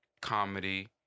comedy